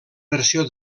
versió